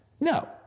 No